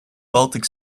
baltic